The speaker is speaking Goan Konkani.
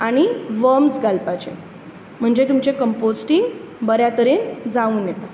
आनी वर्म्स घालपाचे म्हणजे तुमचें कम्पोस्टींग बऱ्या तरेन जावन येता